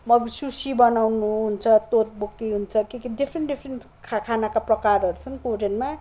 अब सुसी बनाउनु हुन्छ तोतबुकी हुन्छ के के डिफरेन्ट डिफरेन्ट खानाका प्रकारहरू छन् कोरियनमा